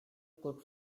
could